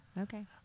Okay